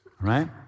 right